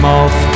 off